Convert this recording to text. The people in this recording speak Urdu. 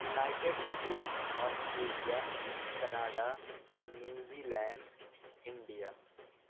United State Australia Canada New Zealand India